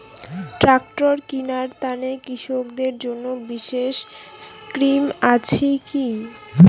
Tractor কিনার তানে কৃষকদের জন্য বিশেষ স্কিম আছি কি?